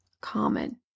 common